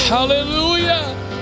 Hallelujah